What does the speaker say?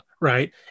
right